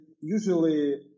usually